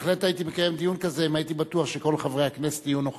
בהחלט הייתי מקיים דיון כזה אם הייתי בטוח שכל חברי הכנסת יהיו נוכחים.